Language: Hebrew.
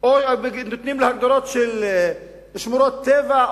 או שנותנים לו הגדרות של שמורות טבע,